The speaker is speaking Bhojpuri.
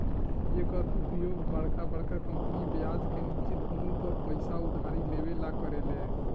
एकर उपयोग बरका बरका कंपनी ब्याज के निश्चित मूल पर पइसा उधारी लेवे ला करेले